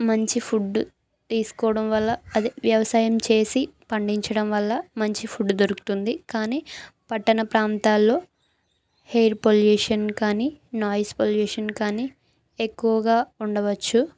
మంచి ఫుడ్ తీసుకోవడం వల్ల అది వ్యవసాయం చేసి పండించడం వల్ల మంచి ఫుడ్ దొరుకుతుంది కానీ పట్టణ ప్రాంతాల్లో హెయిర్ పొల్యూషన్ కానీ నాయిస్ పొల్యూషన్ కానీ ఎక్కువగా ఉండవచ్చు